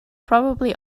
probably